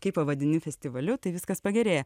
kai pavadini festivaliu tai viskas pagerėja